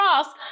cross